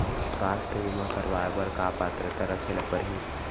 स्वास्थ्य बीमा करवाय बर का पात्रता रखे ल परही?